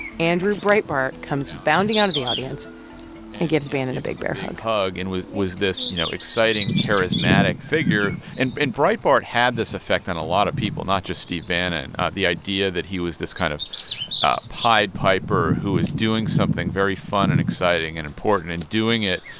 andrew breitbart comes bounding out of the audience and gives bannon a big bear hug big hug and was was this, you know, exciting, charismatic figure. and breitbart had this effect on a lot of people, not just steve bannon, the idea that he was this kind of pied piper who was doing something very fun and exciting and important and doing it,